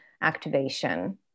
activation